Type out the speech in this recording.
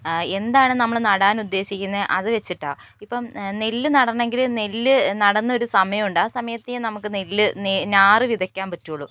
എന്താണ് നമ്മൾ നടാൻ ഉദ്ദേശിക്കുന്നേ അതു വച്ചിട്ടാണ് ഇപ്പം നെല്ല് നടണമെങ്കിൽ നെല്ല് നടുന്നൊരു സമയമുണ്ട് ആ സമയത്തെ നമുക്ക് നെല്ല് ഞാറ് വിതയ്ക്കാൻ പറ്റുള്ളൂ